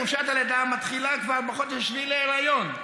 חופשת הלידה מתחילה כבר בחודש השביעי להיריון.